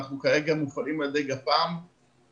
אנחנו כרגע מופעלים על ידי גפ"מ ואנחנו